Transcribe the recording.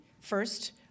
First